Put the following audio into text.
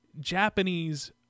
Japanese